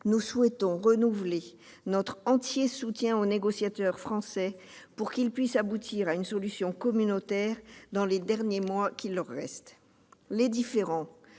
nous souhaitons renouveler notre entier soutien aux négociateurs français, afin qu'ils aboutissent à une solution communautaire, dans les derniers mois qu'il leur reste.